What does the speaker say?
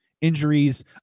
injuries